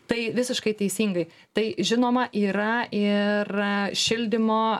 tai visiškai teisingai tai žinoma yra ir šildymo